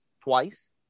twice